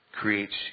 creates